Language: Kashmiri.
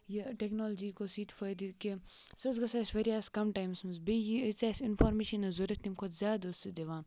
یہِ ٹٮ۪کنالجی یُک اوس یہِ تہِ فٲیِدٕ کہِ سۄ ٲسۍ گژھان اَسہِ واریاہَس کَم ٹایمَس منٛز بیٚیہِ یہِ ییٖژاہ اَسہِ اِنفارمیشَن ٲس ضروٗرَت تَمہِ کھۄتہٕ زیادٕ اوس سُہ دِوان